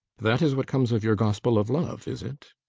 that is what comes of your gospel of love, is it?